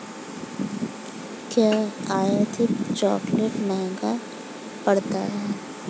क्या आयातित चॉकलेट महंगे पड़ते हैं?